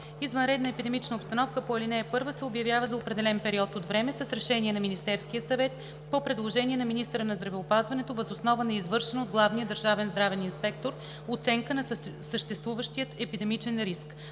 Извънредна епидемична обстановка по ал. 1 се обявява за определен период от време с решение на Министерския съвет по предложение на министъра на здравеопазването въз основа на извършена от главния държавен здравен инспектор оценка на съществуващия епидемичен риск.